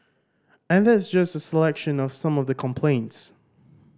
and that's just a selection of some of the complaints